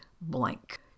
blank